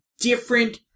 different